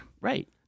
Right